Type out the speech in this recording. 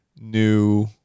new